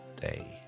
day